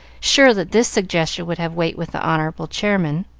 sure that this suggestion would have weight with the honorable chairman.